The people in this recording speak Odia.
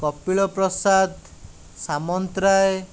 କପିଳ ପ୍ରସାଦ ସାମନ୍ତରାଏ